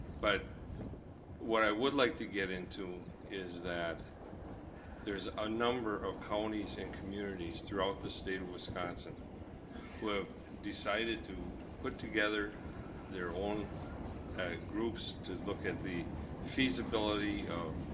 but what i would like to get into is that there's a number of counties and communities throughout the state of wisconsin who have decided to put together their own groups to look at the feasibility of,